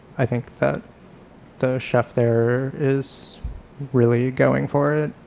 i think the the chef there is really going for it